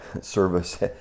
service